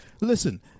listen